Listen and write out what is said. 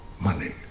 money